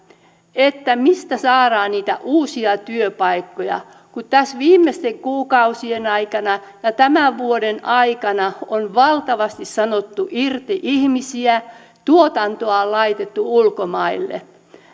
mistä saadaan niitä uusia työpaikkoja kun tässä viimeisten kuukausien aikana ja tämän vuoden aikana on valtavasti sanottu irti ihmisiä tuotantoa on laitettu ulkomaille